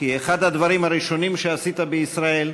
כאחד הדברים הראשונים שעשית בישראל,